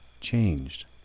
changed